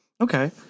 Okay